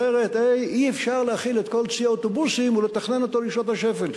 אחרת אי-אפשר להכיל את כל צי האוטובוסים ולתכנן אותו לשעות השפל.